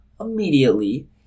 immediately